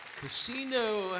Casino